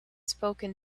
spoken